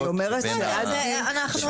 לא נכון,